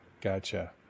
Gotcha